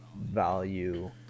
value